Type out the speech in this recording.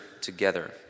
together